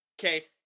okay